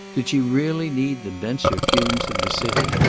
did she really need the denser fumes of the city?